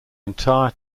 entire